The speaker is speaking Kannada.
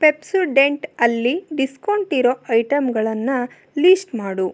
ಪೆಪ್ಸೊಡೆಂಟ್ ಅಲ್ಲಿ ಡಿಸ್ಕೌಂಟಿರೋ ಐಟಮ್ಗಳನ್ನು ಲೀಸ್ಟ್ ಮಾಡು